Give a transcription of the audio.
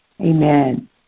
Amen